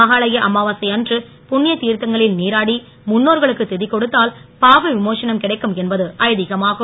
மஹாளய அமாவாசை அன்று புண்ணிய தீர்த்தங்களில் நீராடி முன்னோர்களுக்கு தி கொடுத்தால் பாவ விமோசனம் கிடைக்கும் என்பது ஐதீகமாகும்